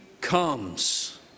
comes